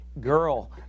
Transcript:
girl